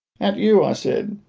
at you, i said.